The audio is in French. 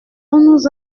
nous